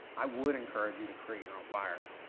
i would encourage you to create your own fires.